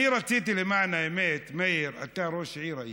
אני רציתי, למען האמת, מאיר, היית אתה ראש עיר.